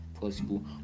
possible